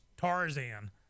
Tarzan